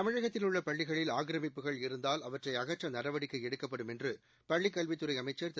தமிழகத்தில் உள்ளபள்ளிகளில் ஆக்கிரமிப்புகள் இருந்தால் அவற்றைஅகற்றடவடிக்கைஎடுக்கப்படும் என்றுபள்ளிக் கல்வித்துறைஅமைச்சர் திரு